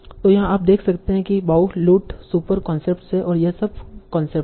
तो यहाँ आप देख सकते हैं कि बाउ लुट सुपर कॉन्सेप्ट है यह सब कॉन्सेप्ट है